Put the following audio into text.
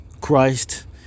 christ